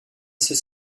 ceux